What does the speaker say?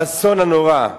האסון הנורא.